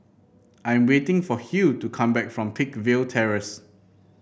I'm waiting for Hugh to come back from Peakville Terrace